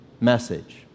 message